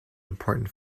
important